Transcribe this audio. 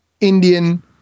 Indian